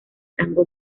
tango